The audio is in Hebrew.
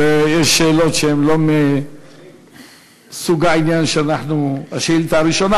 יש שאלות שהן לא מסוג העניין של השאילתה הראשונה,